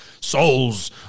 souls